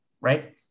right